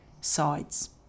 sides